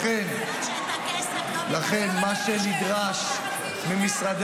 גם כשיש לה כסף --- לכן מה שנדרש ממשרדי